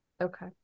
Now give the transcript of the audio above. okay